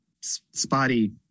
spotty